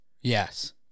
yes